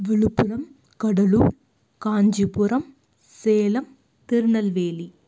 Villupuram Cuddalore Kanchipuram Salem Tirunelveli